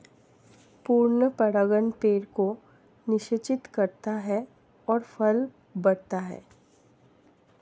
पूर्ण परागण पेड़ को निषेचित करता है और फल बढ़ता है